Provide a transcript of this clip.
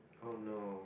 oh no